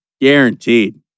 guaranteed